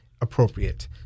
appropriate